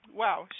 wow